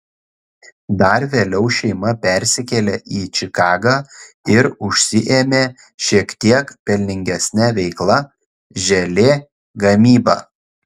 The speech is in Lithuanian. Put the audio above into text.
dar vėliau šeima persikėlė į čikagą ir užsiėmė šiek tiek pelningesne veikla želė gamyba